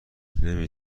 نمی